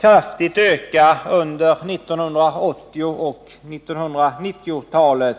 kraftigt öka under 1980 och 1990-talen.